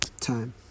time